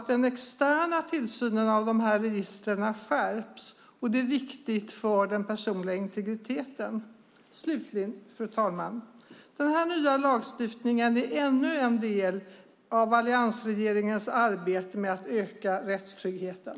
Den externa tillsynen av de här registren skärps också, och det är viktigt för den personliga integriteten. Fru talman! Den här nya lagstiftningen är ännu en del av alliansregeringens arbete med att öka rättstryggheten.